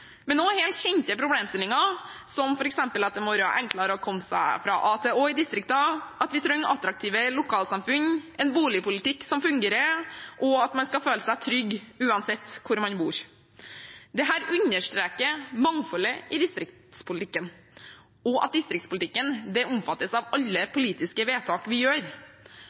helt kjente problemstillinger som f.eks. at det må være enklere å komme seg fra a til å i distriktene, at vi trenger attraktive lokalsamfunn, en boligpolitikk som fungerer, og at man skal føle seg trygge, uansett hvor man bor. Dette understreker mangfoldet i distriktspolitikken, og at distriktspolitikken omfattes av alle politiske vedtak vi gjør.